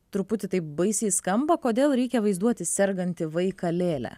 truputį taip baisiai skamba kodėl reikia vaizduoti sergantį vaiką lėle